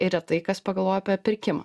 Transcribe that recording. ir retai kas pagalvoja apie pirkimą